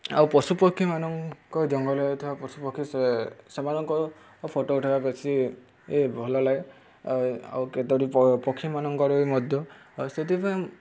ଆଉ ପଶୁ ପକ୍ଷୀମାନଙ୍କ ଜଙ୍ଗଲରେ ଥିବା ପଶୁ ପକ୍ଷୀ ସେ ସେମାନଙ୍କ ଫଟୋ ଉଠାଇବା ବେଶୀ ଭଲ ଲାଗେ ଆଉ କେତୋଟି ପକ୍ଷୀମାନଙ୍କର ବି ମଧ୍ୟ ଆଉ ସେଥିପାଇଁ